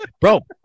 bro